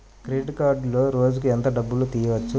Credit కార్డులో రోజుకు ఎంత డబ్బులు తీయవచ్చు?